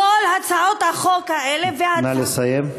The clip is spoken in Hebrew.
כל הצעות החוק האלה, נא לסיים.